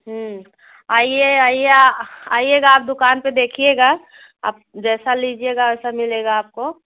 आइए आ आइएगा आप दुकान पे देखिएगा आप जैसे लीजिएगा वैसा मिलेगा आपको